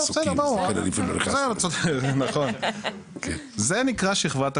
נכון, זה נקרא שכבת הכוננים,